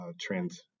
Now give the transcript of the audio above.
trends